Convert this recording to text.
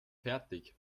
fertig